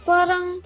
Parang